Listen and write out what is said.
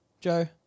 Joe